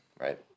right